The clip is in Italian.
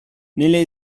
nelle